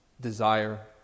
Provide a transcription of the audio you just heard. desire